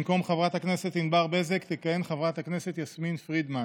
במקום חברת הכנסת ענבר בזק תכהן חברת הכנסת יסמין פרידמן.